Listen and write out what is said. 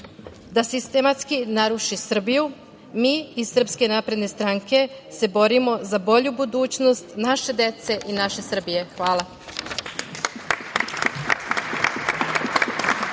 da sistematski naruši Srbiju, mi iz Srpske napredne stranke se borimo za bolju budućnost naše dece i naše Srbije. Hvala.